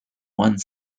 one